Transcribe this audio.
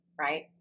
right